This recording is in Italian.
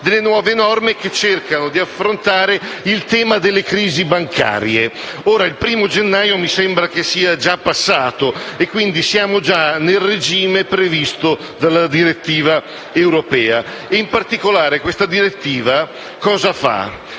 delle nuove norme che cercano di affrontare il tema delle crisi bancarie. Il 1° gennaio è già passato e, quindi, siamo già nel regime previsto dalla direttiva europea. In particolare questa direttiva preclude